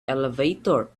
elevator